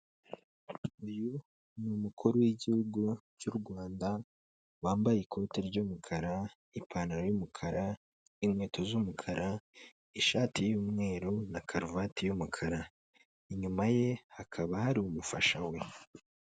Uyu ni umukuru w'igihugu cy'u Rwanda, wambaye ikoti ry'umukara, ipantaro y'umukara, inkweto z'umukara, ishati y'umweru na karuvati y'umukara, inyuma ye hakaba hari umufasha we.